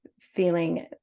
feeling